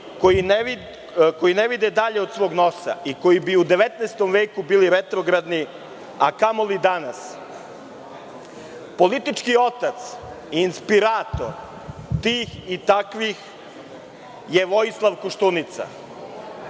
koji ne vide dalje od svog nosa i koji bi u 19. veku bili retrogradni a kamoli danas. Politički otac, inspirator tih i takvih je Vojislav Koštunica.